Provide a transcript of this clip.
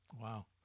Wow